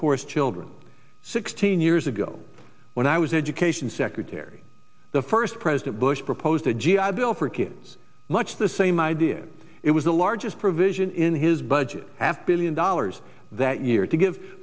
poorest children sixteen years ago when i was education secretary the first president bush proposed a g i bill for kids much the same idea it was the largest provision in his budget have billions dollars that year to give